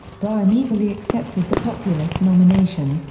bryan eagerly accepted the populist nomination,